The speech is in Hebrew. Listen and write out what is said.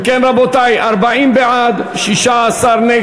אם כן, רבותי, 40 בעד, 16 נגד.